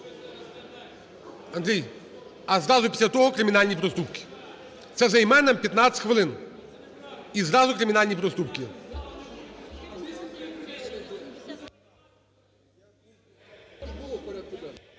Андрій, а зразу після того кримінальні проступки. Це займе нам 15 хвилин і зразу – кримінальні проступки.